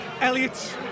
Elliot